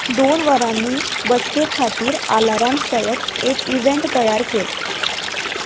दोन वरांनी बसके खातीर आलार्म सयत एक इवँट तयार कर